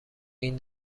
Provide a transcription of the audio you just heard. این